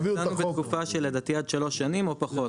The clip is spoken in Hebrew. דנו בתקופה שלדעתי עוד שלוש שנים או פחות.